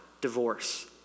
divorce